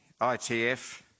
ITF